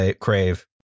crave